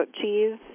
cheese